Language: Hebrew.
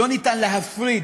אין אפשרות להפריד,